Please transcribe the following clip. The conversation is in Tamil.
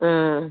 ம்